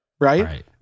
Right